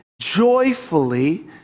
joyfully